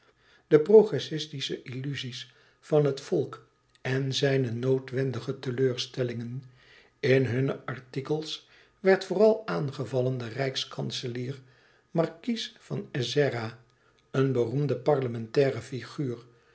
de progressistische illuzie's van het volk en zijne noodwendige teleurstellingen in hunne artikels werd vooral aangevallen de rijkskanselier markies van ezzera een beroemde parlementaire figuur